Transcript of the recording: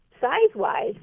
size-wise